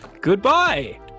goodbye